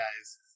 guys